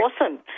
awesome